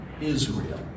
Israel